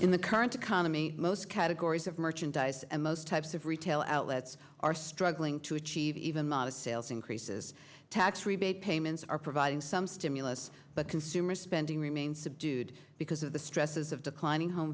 in the current economy most categories of merchandise and most types of retail outlets are struggling to achieve even modest sales increases tax rebate payments are providing some stimulus but consumer spending remains subdued because of the stresses of declining home